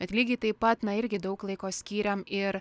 bet lygiai taip pat na irgi daug laiko skyrėm ir